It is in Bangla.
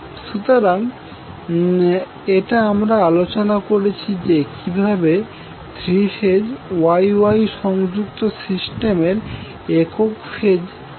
সুতরাং এটা আমরা আলোচনা করেছি যে কিভাবে থ্রী ফেজ Y Y সংযুক্ত সিস্টেমের একক ফেজ সমতুল্য হবে